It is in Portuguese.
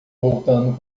voltando